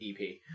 EP